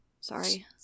Sorry